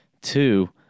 Two